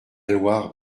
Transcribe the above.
loire